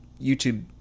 YouTube